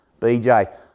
BJ